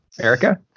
Erica